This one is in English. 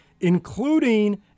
including